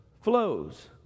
flows